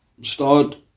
start